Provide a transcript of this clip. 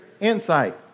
insight